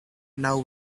now